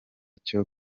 cyo